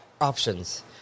options